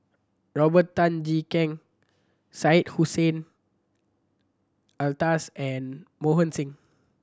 Robert Tan Jee Keng Syed Hussein Alatas and Mohan Singh